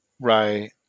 Right